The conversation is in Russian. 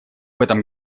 этом